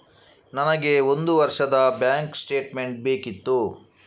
ನನಗೆ ಒಂದು ವರ್ಷದ ಬ್ಯಾಂಕ್ ಸ್ಟೇಟ್ಮೆಂಟ್ ಬೇಕಿತ್ತು